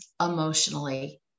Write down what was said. emotionally